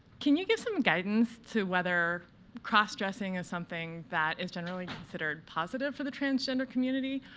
can you give some guidance to whether cross-dressing is something that is generally considered positive for the transgender community,